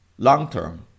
Long-Term